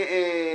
אותי.